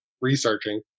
researching